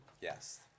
Yes